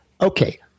okay